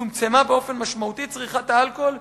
צומצמה באופן משמעותי צריכת האלכוהול,